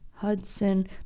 Hudson